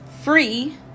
free